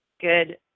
good